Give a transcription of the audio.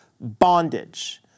bondage